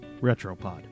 Retropod